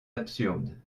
absurde